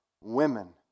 women